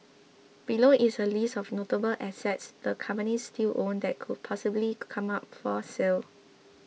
below is a list of notable assets the companies still own that could possibly come up for sale